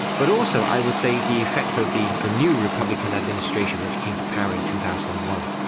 but also i would say the effect of the the new republican administration which came to power in two thousand and one,